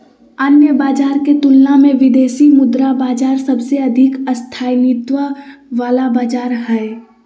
अन्य बाजार के तुलना मे विदेशी मुद्रा बाजार सबसे अधिक स्थायित्व वाला बाजार हय